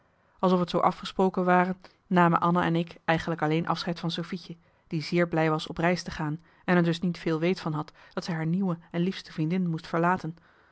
alsof t zoo afgesproken ware namen anna en ik eigenlijk alleen afscheid van sofietje die zeer blij was op reis te gaan en er dus niet veel weet van had dat zij haar nieuwe en liefste vriendin moest verlaten